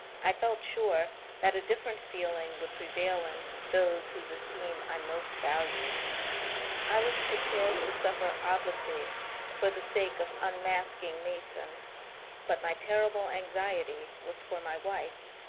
i felt sure that a different feeling would prevail in those whose esteem i most valued i was prepared to suffer obloquy for the sake of un masking mason but my terrible anxiety was for my wife.